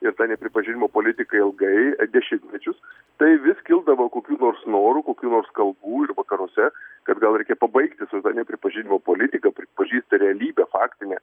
ir ta nepripažinimo politika ilgai dešimmečius tai vis kildavo kokių nors norų kokių nors kalbų ir vakaruose kad gal reikia pabaigti su ta nepripažinimo politika pripažįsti realybę faktinę